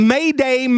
Mayday